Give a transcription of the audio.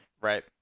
Right